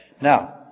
Now